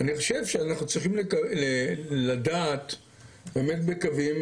אני חושב שאנחנו צריכים לדעת באמת בקווים